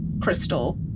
crystal